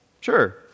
Sure